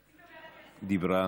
דיברה,